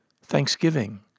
thanksgiving